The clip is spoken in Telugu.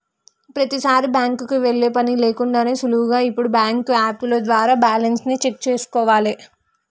ప్రతీసారీ బ్యాంకుకి వెళ్ళే పని లేకుండానే సులువుగా ఇప్పుడు బ్యాంకు యాపుల ద్వారా బ్యాలెన్స్ ని చెక్ చేసుకోవాలే